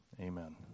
amen